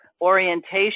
orientation